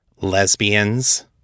Lesbians